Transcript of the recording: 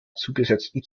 zugesetzten